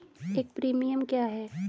एक प्रीमियम क्या है?